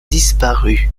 disparu